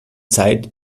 zeit